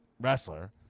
wrestler